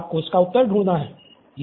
आपको इसका उत्तर ढूँढना हैं